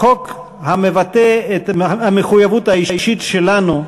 חוק המבטא את המחויבות האישית שלנו,